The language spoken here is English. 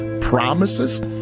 promises